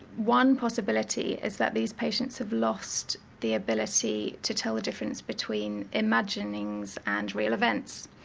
one possibility is that these patients have lost the ability to tell the difference between imaginings and real events.